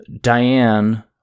Diane